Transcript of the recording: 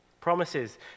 promises